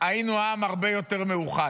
היינו עם הרבה יותר מאוחד.